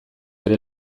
ere